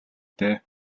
дээ